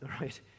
right